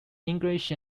english